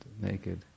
naked